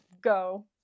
go